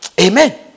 Amen